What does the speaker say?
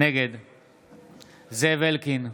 נגד זאב אלקין,